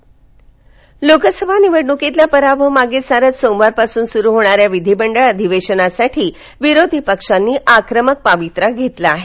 विधिमंडळ लोकसभा निवडणुकीतला पराभव मागे सारत सोमवारपासून सुरू होणाऱ्या विधिमंडळ अधिवेशनासाठी विरोधी पक्षांनी आक्रमक पवित्रा घेतला आहे